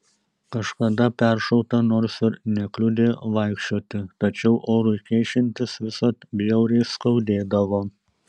kažkada peršauta nors ir nekliudė vaikščioti tačiau orui keičiantis visad bjauriai skaudėdavo